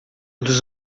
dos